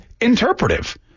interpretive